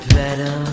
better